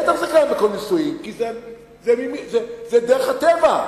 בטח שזה קיים בכל נישואים, כי זה דרך הטבע.